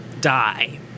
die